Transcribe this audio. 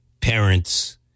parents